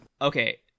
Okay